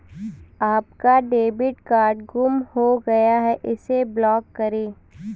आपका debit card गुम हो गया है इसे ब्लॉक करें